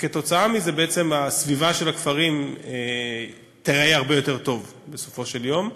וכתוצאה מזה הסביבה של הכפרים תיראה הרבה יותר טוב בסופו של יום.